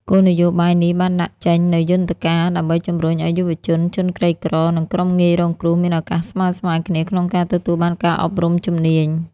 គោលនយោបាយនេះបានដាក់ចេញនូវយន្តការដើម្បីជំរុញឱ្យយុវជន ជនក្រីក្រ និងក្រុមងាយរងគ្រោះមានឱកាសស្មើៗគ្នា ក្នុងការទទួលបានការអប់រំជំនាញ។